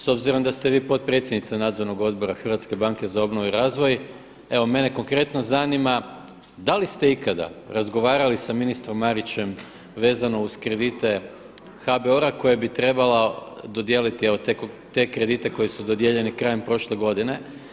S obzirom da ste vi potpredsjednica Nadzornog odbora Hrvatske banke za obnovu i razvoj, evo mene konkretno zanima da li ste ikada razgovarali sa ministrom Marićem vezano uz kredite HBOR-a koje bi trebalo dodijeliti evo te kredite koji su dodijeljeni krajem prošle godine.